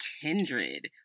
Kindred